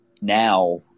Now